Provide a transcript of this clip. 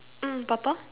mm purple